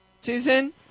Susan